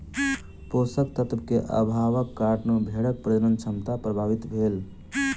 पोषक तत्व के अभावक कारणें भेड़क प्रजनन क्षमता प्रभावित भेल